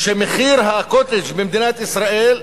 שמחיר ה"קוטג'" במדינת ישראל,